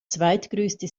zweitgrößte